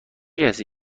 کسی